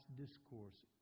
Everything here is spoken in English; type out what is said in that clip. discourse